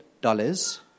dollars